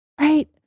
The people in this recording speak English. Right